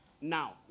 Now